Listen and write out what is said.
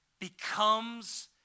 becomes